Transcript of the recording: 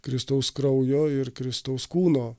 kristaus kraujo ir kristaus kūno